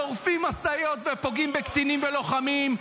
שורפים משאיות ופוגעים בקצינים ולוחמים,